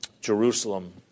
Jerusalem